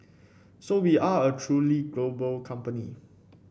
so we are a truly global company